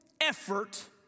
effort